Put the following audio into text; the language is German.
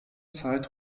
zeit